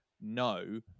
No